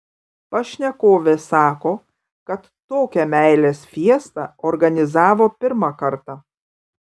pašnekovė sako kad tokią meilės fiestą organizavo pirmą kartą